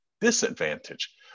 disadvantage